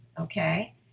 Okay